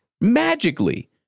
magically